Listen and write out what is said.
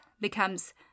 becomes